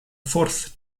fourth